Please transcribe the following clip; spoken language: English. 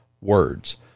words